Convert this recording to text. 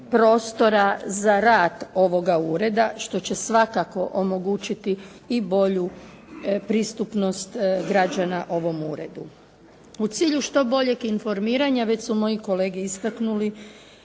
prostora za rad ovoga Ureda što će svakako omogućiti i bolju pristupnost građana ovom Uredu. U cilju što boljeg informiranja, već su moji kolegi istaknuli